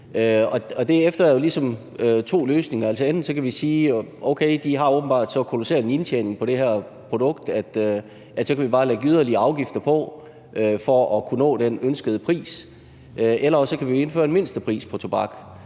jo ligesom to løsninger. Enten kan vi sige: Okay, de har åbenbart så kolossal en indtjening på det her produkt, at så kan vi bare lægge yderligere afgifter på for at kunne nå den ønskede pris. Eller også kan vi indføre en mindstepris på tobak.